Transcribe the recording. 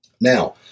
Now